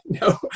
No